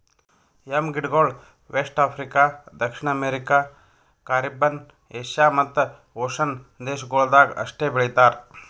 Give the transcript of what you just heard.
M ಗಿಡಗೊಳ್ west Africa, ದಕ್ಷಿಣ America, Caribbean, Asia ಮತ್ತ್ ಓಷನ್ನ ದೇಶಗೊಳ್ದಾಗ್ ಅಷ್ಟೆ ಬೆಳಿತಾರ್